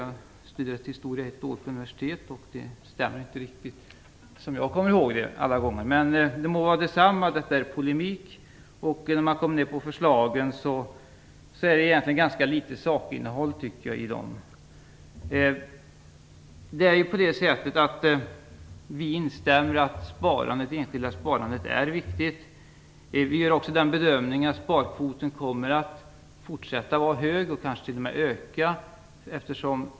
Jag har studerat historia ett år på universitet, och den här beskrivningen stämmer inte alla gånger riktigt med det som jag kommer ihåg. Men det må vara som det är med det - det är fråga om polemik. Jag tycker att det i förslagen är ganska litet sakinnehåll. Vi instämmer i att det enskilda sparandet är viktigt. Vi gör också den bedömningen att sparkvoten kommer att fortsätta att vara hög och kanske t.o.m. kommer att öka.